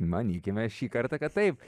manykime šį kartą kad taip